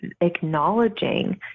acknowledging